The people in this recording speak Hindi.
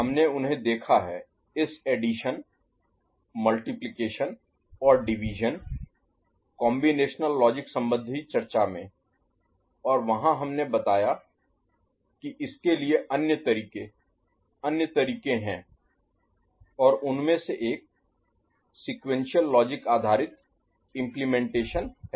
हमने उन्हें देखा है इस addition Serial Addition multiplication Multiplication गुणा और डिवीज़न कॉम्बिनेशनल लॉजिक संबंधी चर्चा में और वहां हमने बताया कि इसके लिए अन्य तरीके अन्य तरीके हैं और उनमे से एक सीक्वेंशियल लॉजिक आधारित इम्प्लीमेंटेशन Implementation कार्यान्वयन है